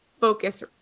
focus